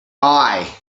eye